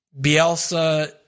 Bielsa